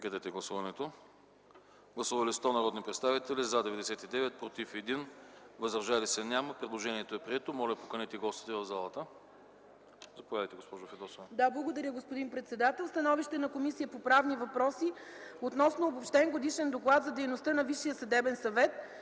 Благодаря, господин председател. „СТАНОВИЩЕ на Комисията по правни въпроси относно Обобщен годишен доклад за дейността на Висшия съдебен съвет